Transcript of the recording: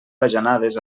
bajanades